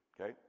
okay